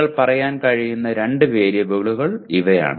നിങ്ങൾക്ക് പറയാൻ കഴിയുന്ന രണ്ട് വേരിയബിളുകൾ ഇവയാണ്